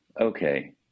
okay